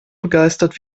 begeistert